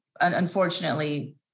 unfortunately